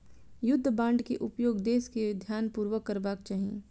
युद्ध बांड के उपयोग देस के ध्यानपूर्वक करबाक चाही